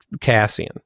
Cassian